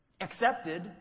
accepted